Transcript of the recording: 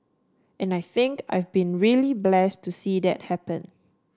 and I think I've been really blessed to see that happen